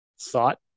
thought